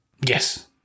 Yes